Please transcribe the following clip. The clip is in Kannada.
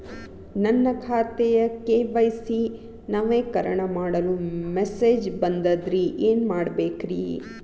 ನನ್ನ ಖಾತೆಯ ಕೆ.ವೈ.ಸಿ ನವೇಕರಣ ಮಾಡಲು ಮೆಸೇಜ್ ಬಂದದ್ರಿ ಏನ್ ಮಾಡ್ಬೇಕ್ರಿ?